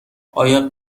آیا